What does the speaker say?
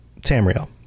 Tamriel